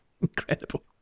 incredible